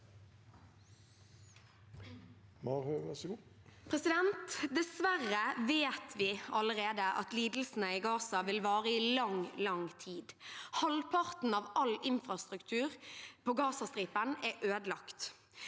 Dessverre vet vi alle- rede at lidelsene i Gaza vil vare i lang, lang tid. Halvparten av all infrastruktur på Gazastripen er ødelagt.